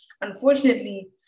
unfortunately